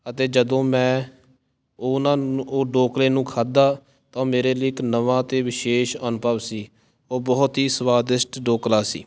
ਅਤੇ ਜਦੋਂ ਮੈਂ ਉਹਨਾਂ ਉਹ ਢੋਕਲੇ ਨੂੰ ਖਾਧਾ ਤਾਂ ਮੇਰੇ ਲਈ ਇੱਕ ਨਵਾਂ ਅਤੇ ਵਿਸ਼ੇਸ਼ ਅਨੁਭਵ ਸੀ ਉਹ ਬਹੁਤ ਹੀ ਸਵਾਦਿਸ਼ਟ ਢੋਕਲਾ ਸੀ